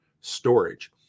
storage